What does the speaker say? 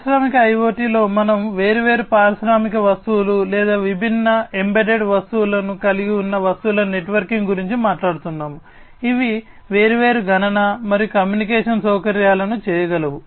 పారిశ్రామిక IoT లో మనము వేర్వేరు పారిశ్రామిక వస్తువులు చేయగలవు